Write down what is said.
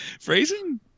Phrasing